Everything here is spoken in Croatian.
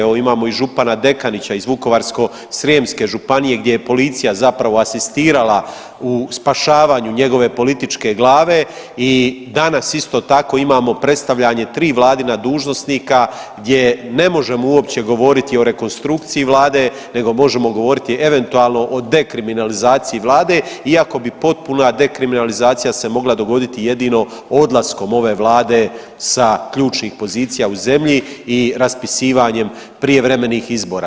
Evo imamo i župana Dekanića iz Vukovarsko-srijemske županije gdje je policija zapravo asistirala u spašavanju njegove političke glave i danas isto tako imamo predstavljanje 3 vladina dužnosnika gdje ne možemo uopće govoriti o rekonstrukciji vlade nego možemo govoriti eventualno o dekriminalizaciji vlade iako bi potpuna dekriminalizacija se mogla dogoditi jedino odlaskom ove vlade sa ključnih pozicija u zemlji i raspisivanjem prijevremenih izbora.